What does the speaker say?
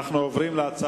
אנחנו עוברים לנושא